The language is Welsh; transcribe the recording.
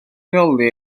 rheoli